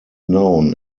known